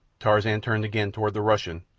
tarzan turned again toward the russian,